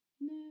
No